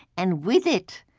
and with it,